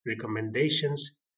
recommendations